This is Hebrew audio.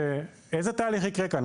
מכיוון שאיזה תהליך יקרה כאן?